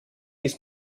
ist